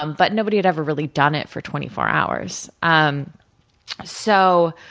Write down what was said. um but nobody had ever really done it for twenty four hours. um so,